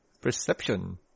Perception